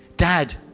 Dad